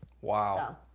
Wow